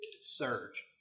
Surge